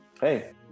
Hey